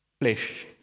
flesh